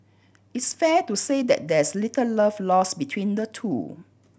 it's fair to say that there's little love lost between the two